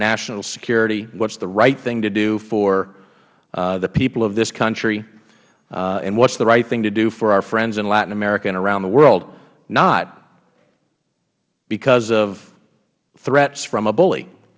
national security what is the right thing to do for the people of this country and what is the right thing to do for our friends in latin america and around the world not because of threats from a